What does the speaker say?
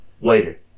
later